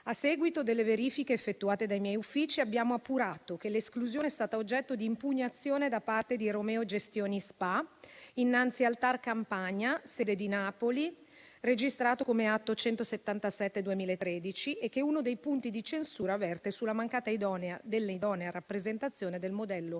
A seguito delle verifiche effettuate dai miei uffici, abbiamo appurato che l'esclusione è stata oggetto di impugnazione da parte della Romeo Gestioni SpA innanzi al TAR Campania, sede di Napoli, registrata come atto 177/2013 e che uno dei punti di censura verte sulla mancanza dell'idonea rappresentazione del modello